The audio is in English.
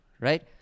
right